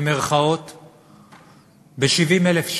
ב-70,000 שקל.